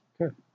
Okay